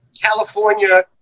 California